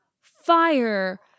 fire